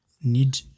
need